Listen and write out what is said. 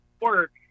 work